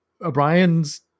O'Brien's